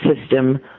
system